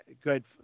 Good